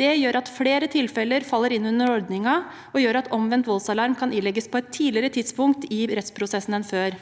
Det gjør at flere tilfeller faller inn under ordningen, og at omvendt voldsalarm kan ilegges på et tidligere tidspunkt i rettsprosessen enn før.